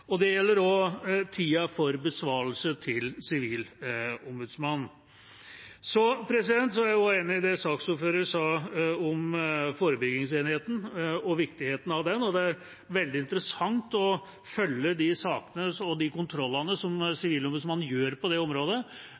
Det gjelder også tiden for besvarelser til Sivilombudsmannen. Jeg er også enig i det saksordføreren sa om forebyggingsenheten og viktigheten av den. Det er veldig interessant å følge de sakene og de kontrollene som Sivilombudsmannen har på det området,